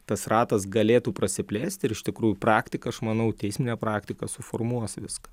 tas ratas galėtų prasiplėst ir iš tikrųjų praktika aš manau teisminė praktika suformuos viską